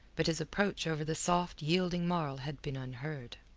but his approach over the soft, yielding marl had been unheard.